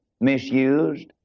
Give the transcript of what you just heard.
misused